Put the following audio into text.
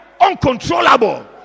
uncontrollable